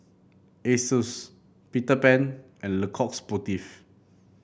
Asus Peter Pan and Le Coq Sportif